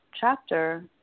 chapter